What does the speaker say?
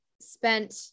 spent